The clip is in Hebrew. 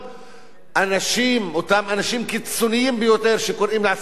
אנשים קיצונים ביותר, שקוראים לעצמם "תג מחיר",